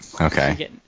Okay